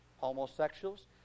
homosexuals